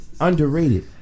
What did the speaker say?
underrated